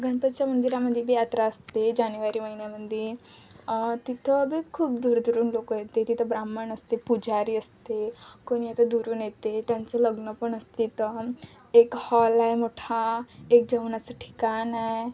गणपतीच्या मंदिरामध्ये बी यात्रा असते जानेवारी महिन्यामध्ये तिथं बी खूप दूरदुरून लोकं येते तिथं ब्राम्हण असते पूजारी असते कोणी आता दुरून येते त्यांचं लग्न पण असतात एक हॉल आहे मोठा एक जेवणाचं ठिकाण आहे